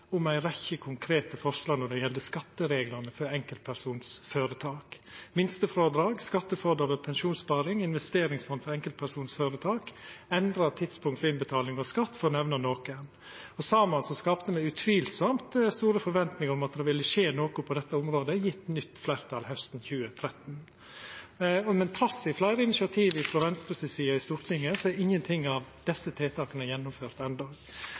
ei rekkje konkrete forslag når det gjeld skattereglane for enkeltpersonføretak: minstefrådrag, skattefrådrag og pensjonssparing, investeringsfond for enkeltpersonføretak, endra tidspunkt for innbetaling av skatt, for å nemna nokre. Saman skapte me utvilsamt store forventningar om at det ville skje noko på dette området, gjeve nytt fleirtal hausten 2013. Men trass i fleire initiativ frå Venstre si side i Stortinget er ingen av desse tiltaka gjennomførte